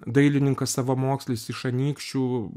dailininkas savamokslis iš anykščių